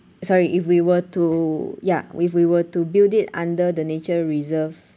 sorry if we were to ya if we were to build it under the nature reserve